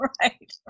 Right